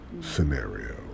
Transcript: scenario